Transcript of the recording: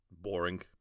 boring